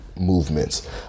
Movements